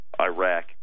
Iraq